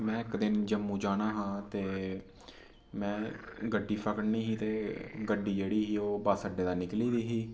में इक दिन जम्मू जाना हा ते में गड्डी फगड़नी ही ते गड्डी जेह्ड़ी ही ओह् बस अड्डे दा निकली दी ही